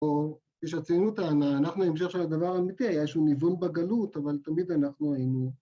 ‫או כשהציונות טענה - ‫אנחנו המשך של הדבר האמיתי, ‫היה איזשהו ניוון בגלות, ‫אבל תמיד אנחנו היינו.